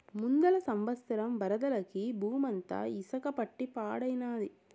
ముందల సంవత్సరం వరదలకి బూమంతా ఇసక పట్టి పాడైనాది